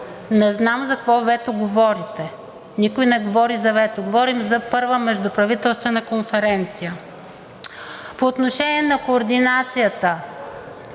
Не знам за какво вето говорите. Никой не говори за вето. Говорим за Първа междуправителствена конференция. По отношение на координацията